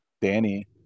Danny